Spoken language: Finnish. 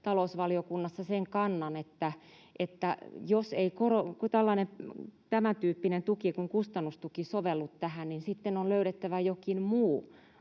talousvaliokunnassa sen kannan, että jos ei tämäntyyppinen tuki kuin kustannustuki sovellu tähän, niin sitten on löydettävä jokin muu